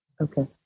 Okay